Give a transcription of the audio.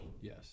Yes